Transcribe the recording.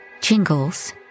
Jingles